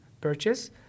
purchase